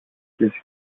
και